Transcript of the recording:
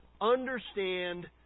understand